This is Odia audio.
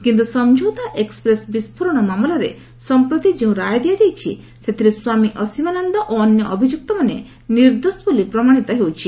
କିନ୍ତୁ ସମ୍ଝୌତା ଏକ୍ପ୍ରେସ୍ ବିସ୍ଫୋରଣ ମାମଲାରେ ସମ୍ପ୍ରତି ଯେଉଁ ରାୟ ଦିଆଯାଇଛି ସେଥିରେ ସ୍ୱାମୀ ଅସିମାନନ୍ଦ ଓ ଅନ୍ୟ ଅଭିଯୁକ୍ତମାନେ ନିର୍ଦ୍ଦୋଷ ବୋଲି ପ୍ରମାଣିତ ହେଉଛି